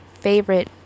favorite